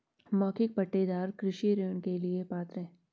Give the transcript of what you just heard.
मौखिक पट्टेदार कृषि ऋण के लिए पात्र हैं